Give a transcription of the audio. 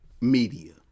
media